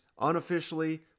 unofficially